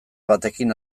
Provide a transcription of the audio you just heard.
batekin